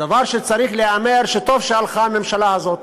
הדבר שצריך להיאמר: טוב שהלכה הממשלה הזאת.